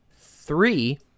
three